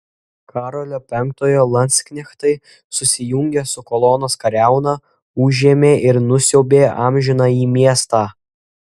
karolio penktojo landsknechtai susijungę su kolonos kariauna užėmė ir nusiaubė amžinąjį miestą